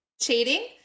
cheating